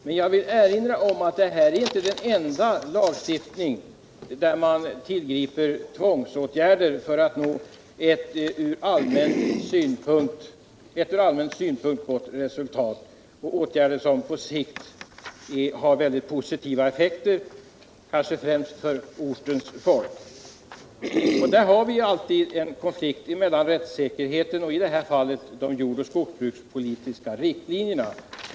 Men jag vill erinra om att detta inte är den enda lagstiftning som tillåter tvångsåtgärder för att man skall nå ett från allmän synpunkt gott resultat och komma fram till åtgärder som på sikt har mycket positiva effekter, kanske främst för ortens befolkning. I sådana fall blir det alltid en konflikt mellan rättssäkerheten och, som i det här fallet, de jord och skogsbrukspolitiska riktlinjerna.